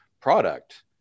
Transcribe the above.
product